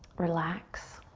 relax.